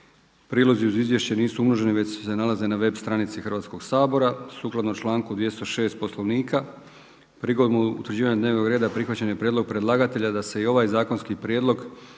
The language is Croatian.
prilozi uz izvješće nisu umnoženi, već se nalaze na web stranici Hrvatskog sabora, sukladno članku 206. Poslovnika. Prigodom utvrđivanja dnevnog reda prihvaćen je prijedlog predlagatelja da se i ovaj zakonski prijedlog